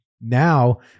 Now